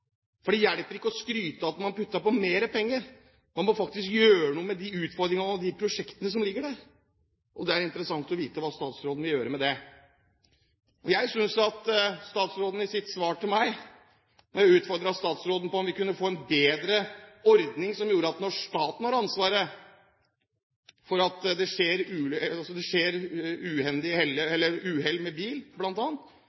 plass? Det hjelper ikke å skryte av at man har puttet på mer penger, man må faktisk gjøre noe med de utfordringene og de prosjektene som ligger der. Det er interessant å vite hva statsråden vil gjøre med det. Da jeg utfordret statsråden på om vi kunne få en bedre ordning som gjorde at vi når staten har ansvaret for at det skjer uhell med bil bl.a., kunne få på plass en ordning som gjorde at det